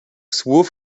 słów